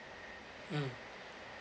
mm